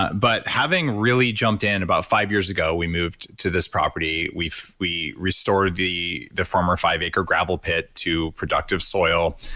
but having really jumped in about five years ago we moved to this property. we restored the the former five-acre gravel pit to productive soil,